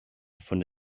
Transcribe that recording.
von